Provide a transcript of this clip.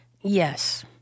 yes